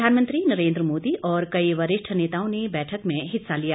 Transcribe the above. प्रधानमंत्री नरेंद्र मोदी और कई वरिष्ठ नेताओं ने बैठक में हिस्सा लिया